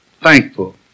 thankful